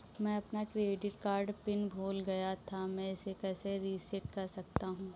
मैं अपना credit card PIN भूल गया था मैं इसे कैसे रीसेट कर सकता हूँ?